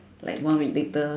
like one week later